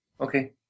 okay